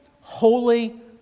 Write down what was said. holy